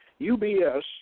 UBS